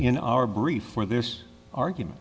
in our brief for this argument